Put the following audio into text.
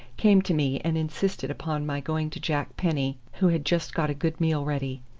came to me and insisted upon my going to jack penny, who had just got a good meal ready.